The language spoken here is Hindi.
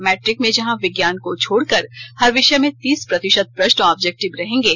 मैट्रिक में जहां विज्ञान को छोड़कर हर विषय में तीस प्रतिशत प्रश्न ऑब्जेक्टिव रहेंगे